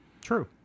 True